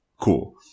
Cool